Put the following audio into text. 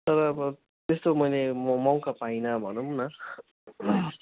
तर अब त्यस्तो मैले मौ मौका पाइनँ भनौँ न